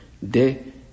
de